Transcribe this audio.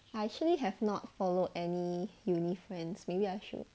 I actually have not follow any uni friends maybe I should